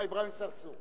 אברהים צרצור.